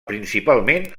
principalment